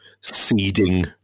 seeding